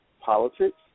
politics